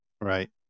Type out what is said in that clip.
right